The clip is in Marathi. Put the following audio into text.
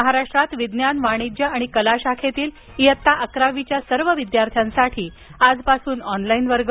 महाराष्ट्रात विज्ञान वाणिज्य आणि कला शाखेतील इयत्ता अकरावीच्या सर्व विद्यार्थ्यांसाठी आजपासून ऑनलाइन वर्ग